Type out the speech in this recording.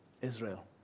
Israel